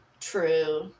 True